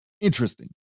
interesting